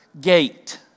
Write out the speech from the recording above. gate